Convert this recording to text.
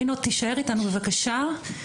רינו תישאר איתנו בבקשה,